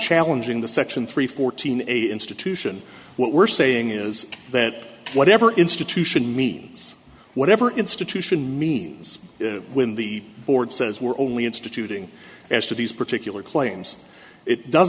challenging the section three fourteen eight institution what we're saying is that whatever institution means whatever institution means when the board says we're only instituting as to these particular claims it